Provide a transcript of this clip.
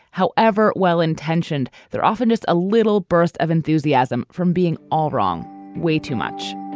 however well-intentioned they're often just a little burst of enthusiasm from being all wrong way too much.